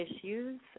issues